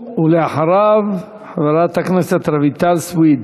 ולאחריו, חברת הכנסת רויטל סויד.